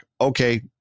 Okay